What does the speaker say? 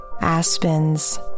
aspens